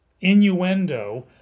innuendo